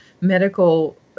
medical